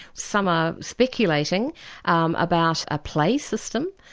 some are speculating about a play system,